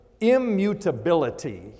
immutability